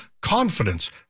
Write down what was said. confidence